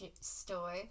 store